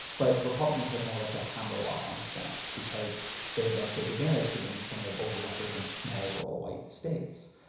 but republicans have more or less a hammerlock on the senate because they have a big advantage given the senate over represents small, rural white states.